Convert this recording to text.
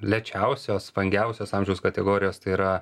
lėčiausios brangiausios amžiaus kategorijos tai yra